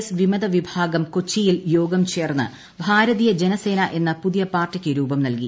S വിമത വിഭാഗം കൊച്ചിയിൽ യോഗം ചേർന്ന് ഭാരതീയ ജനസേന എന്ന പുതിയ ക്യാർട്ടിക്ക് രൂപം നൽകി